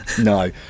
No